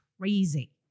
crazy